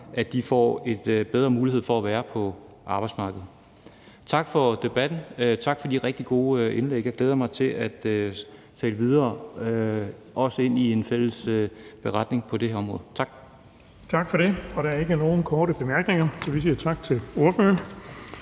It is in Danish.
at de får bedre mulighed for at være på arbejdsmarkedet. Tak for debatten, og tak for de rigtig gode indlæg. Jeg glæder mig til at tale videre om det og ser frem til en fælles beretning på det her område. Tak. Kl. 16:04 Den fg. formand (Erling Bonnesen): Tak for det. Der er ikke nogen korte bemærkninger, så vi siger tak til ordføreren.